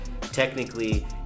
technically